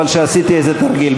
איזה תרגיל.